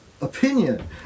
opinion